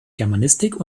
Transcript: germanistik